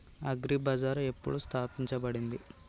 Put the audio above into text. Agri బజార్ ఎప్పుడు స్థాపించబడింది?